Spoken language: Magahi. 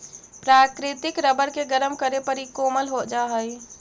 प्राकृतिक रबर के गरम करे पर इ कोमल हो जा हई